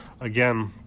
again